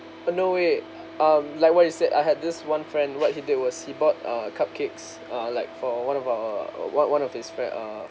uh no way um like what you said I had this one friend what he did was he bought uh cupcakes uh like for one of our one one of his friend uh